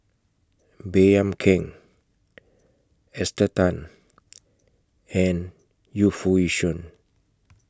Baey Yam Keng Esther Tan and Yu Foo Yee Shoon